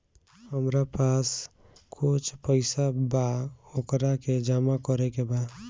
हमरा पास कुछ पईसा बा वोकरा के जमा करे के बा?